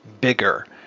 bigger